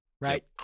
right